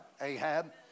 Ahab